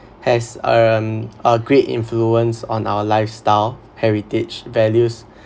has um a great influence on our lifestyle heritage values